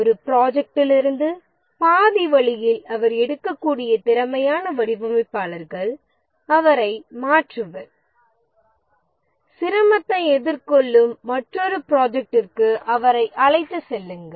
ஒரு ப்ரோஜெக்ட்லிருந்து பாதி வழியில் அவர் எடுக்கக்கூடிய திறமையான வடிவமைப்பாளர்கள் அவரை மாற்றுவர் சிரமத்தை எதிர்கொள்ளும் மற்றொரு ப்ரோஜெக்ட்டிற்கு அவரை அழைத்துச் செல்லுங்கள்